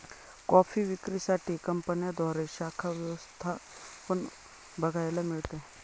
coffee विक्री साठी कंपन्यांद्वारे शाखा व्यवस्था पण बघायला मिळते